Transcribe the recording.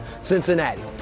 Cincinnati